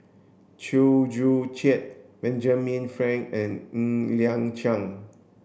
Chew Joo Chiat Benjamin Frank and Ng Liang Chiang